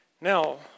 Now